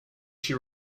she